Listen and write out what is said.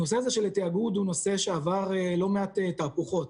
הנושא הזה של התאגוד הוא נושא שעבר לא מעט תהפוכות.